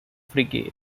frigate